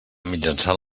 mitjançant